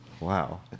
Wow